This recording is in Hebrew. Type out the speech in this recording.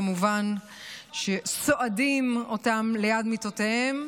שכמובן סועדות אותם ליד מיטותיהם.